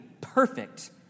perfect